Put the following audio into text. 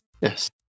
Yes